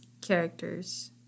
characters